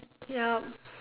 ya